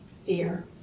Fear